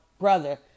brother